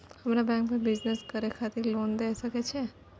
हमरा बैंक बर बिजनेस करे खातिर लोन दय सके छै?